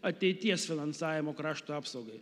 ateities finansavimo krašto apsaugai